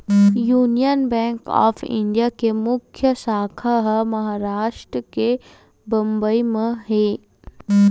union Bank of India के मुख्य साखा ह महारास्ट के बंबई म हे